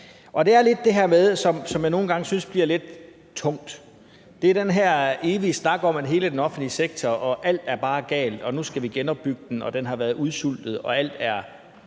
og det er det her, som jeg nogle gange synes bliver lidt tungt, nemlig den her evige snak om hele den offentlige sektor, og at alt bare er galt, at den har været udsultet, og at nu